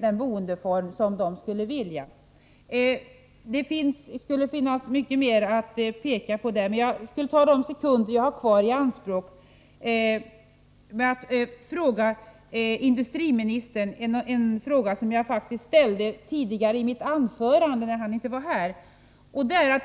den boendeform som de skulle vilja. Det skulle finnas mycket mer att peka på, men jag skall ta de sekunder jag har kvar i anspråk för att rikta en fråga till industriministern som jag faktiskt ställde tidigare i mitt anförande, när han inte var här.